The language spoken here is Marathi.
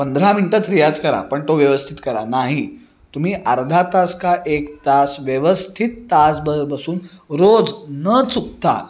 पंधरा मिनटंच रियाज करा पण तो व्यवस्थित करा नाही तुम्ही अर्धा तास का एक तास व्यवस्थित तासभर बसून रोज न चुकता